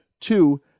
Two